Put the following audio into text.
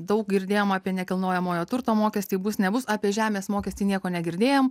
daug girdėjom apie nekilnojamojo turto mokestį bus nebus apie žemės mokestį nieko negirdėjom